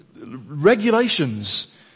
regulations